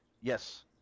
Yes